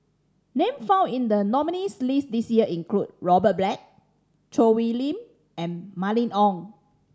names found in the nominees' list this year include Robert Black Choo Hwee Lim and Mylene Ong